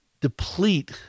deplete